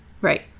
right